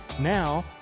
Now